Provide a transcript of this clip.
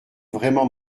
vraiment